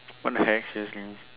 what the heck seriously